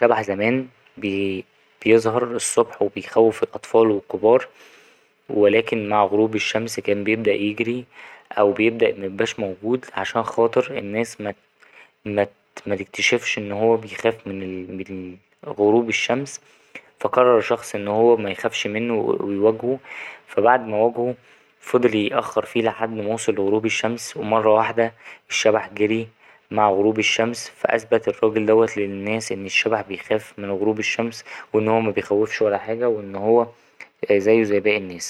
شبح زمان بيـ ـ بيظهر الصبح وبيخوف الأطفال والكبار ولكن مع غروب الشمس كان بيبدأ يجري أو بيبدأ ميبقاش موجود عشان خاطر الناس متـ ـ متـ ـ متكتشفش إن هو بيخاف من غروب الشمس فا قرر الشخص إن هو ميخافش منه ويواجهه فا بعد ما واجهه فضل يأخر فيه لحد ما وصل لغروب الشمس ومرة واحدة الشبح جري مع غروب الشمس فا أثبت الراجل دوت للناس إن الشبح بيخاف من غروب الشمس وإنه مبيخوفش ولا حاجة وإن هو زيه زي باقي الناس.